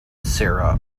sarah